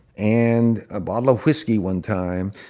and a bottle of whiskey one time.